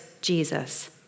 Jesus